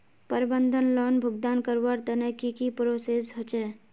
प्रबंधन लोन भुगतान करवार तने की की प्रोसेस होचे?